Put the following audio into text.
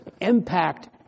impact